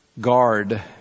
guard